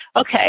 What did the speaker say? okay